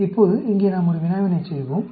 இப்போது இங்கே நாம் ஒரு வினாவினைச் செய்வோம்